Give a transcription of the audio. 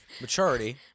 Maturity